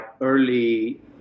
early